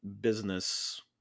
business